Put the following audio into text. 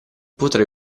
potrai